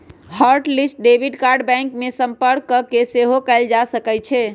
hot list debit card bank में संपर्क कऽके सेहो कएल जा सकइ छै